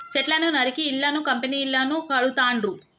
చెట్లను నరికి ఇళ్లను కంపెనీలను కడుతాండ్రు